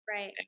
right